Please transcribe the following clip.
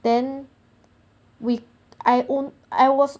then we I own I was